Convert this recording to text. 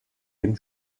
dem